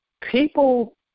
people